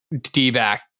D-back